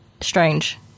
strange